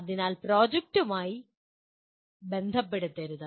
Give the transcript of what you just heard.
അതിനാൽ പ്രോജക്ടുമായി ബന്ധപ്പെടുത്തരുത്